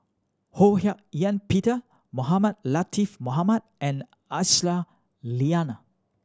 Ho Hak Ean Peter Mohamed Latiff Mohamed and Aisyah Lyana